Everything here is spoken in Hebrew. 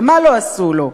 ומה לא עשו לו?